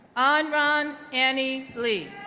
ah anran ani li,